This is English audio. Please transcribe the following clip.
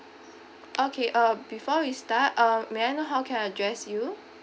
okay uh before we start uh may I know how can I address you